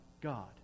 God